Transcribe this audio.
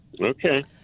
Okay